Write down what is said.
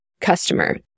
customer